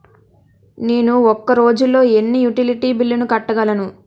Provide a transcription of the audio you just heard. నేను ఒక రోజుల్లో ఎన్ని యుటిలిటీ బిల్లు కట్టగలను?